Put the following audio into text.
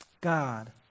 God